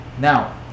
now